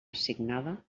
assignada